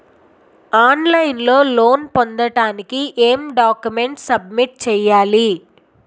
On line లో loan పొందటానికి ఎం డాక్యుమెంట్స్ సబ్మిట్ చేయాలి?